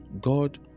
God